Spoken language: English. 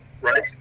right